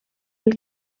will